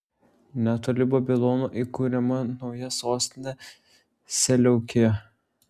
netoli babilono įkuriama nauja sostinė seleukija